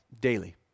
daily